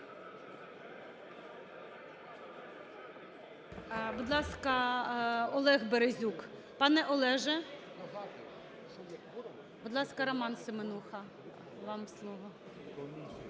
Будь ласка, Олег Березюк. Пане Олеже! Будь ласка, Роман Семенуха, вам слово.